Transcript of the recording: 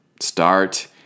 start